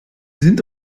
sind